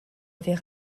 avait